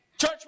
Church